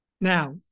Now